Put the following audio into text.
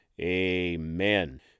Amen